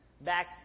Back